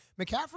McCaffrey